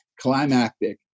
climactic